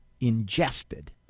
ingested